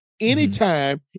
anytime